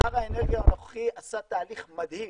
שר האנרגיה הנוכחי עשה תהליך מדהים